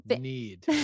Need